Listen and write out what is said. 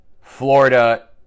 Florida